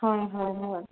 হয় হয় হয়